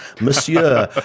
Monsieur